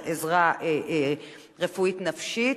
עזרה רפואית נפשית,